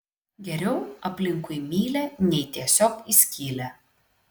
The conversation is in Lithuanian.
geriau aplinkui mylią nei tiesiog į skylę